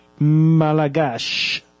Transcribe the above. Malagash